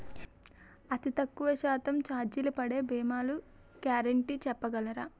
అతి తక్కువ శాతం ఛార్జీలు పడే భీమాలు గ్యారంటీ చెప్పగలరా?